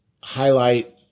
highlight